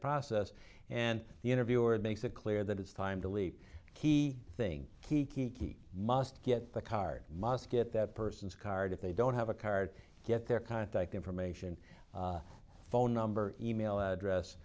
process and the interviewer makes it clear that it's time to leap key thing kiki must get the card must get that person's card if they don't have a card get their contact information phone number email